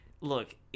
look